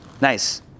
Nice